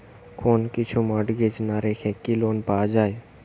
কোন কিছু মর্টগেজ না রেখে কি লোন পাওয়া য়ায়?